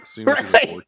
right